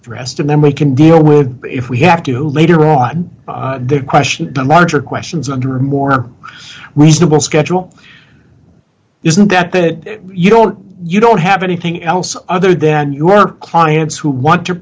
addressed and then we can deal with it if we have to later on that question and larger questions under a more reasonable schedule isn't that that you don't you don't have anything else other than your clients who want to